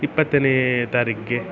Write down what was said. ಇಪ್ಪತ್ತನೇ ತಾರೀಕಿಗೆ